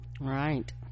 right